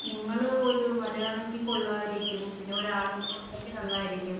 നിങ്ങൾ ഒരു വരുവാണെങ്കിൽ കൊള്ളാമായിരിക്കും പിന്നെ ഒരാളും കൂടെ ഉണ്ടെങ്കിൽ നന്നായിരിക്കും